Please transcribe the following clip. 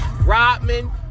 Rodman